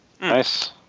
Nice